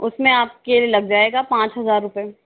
उसमें आपके लग जाएगा पाँच हजार रुपए